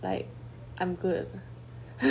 like I'm good